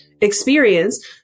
experience